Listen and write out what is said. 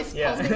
yeah,